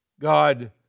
God